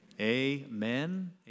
amen